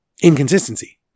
inconsistency